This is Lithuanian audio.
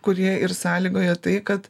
kurie ir sąlygoja tai kad